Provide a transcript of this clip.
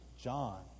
John